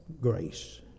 grace